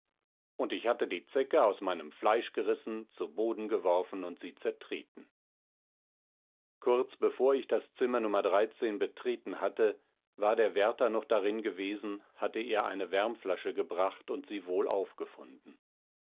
und ich hatte die zecke aus meinem fleisch gerissen zu boden geworfen und sie zertreten kurz bevor ich das zimmer nr betreten hatte war der wärter noch darin gewesen hatte ihr einen wärmflasche gebracht und sie wohlauf gefunden